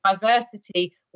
diversity